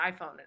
iPhone